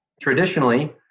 Traditionally